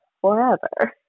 forever